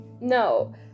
no